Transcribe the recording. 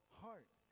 heart